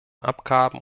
abgaben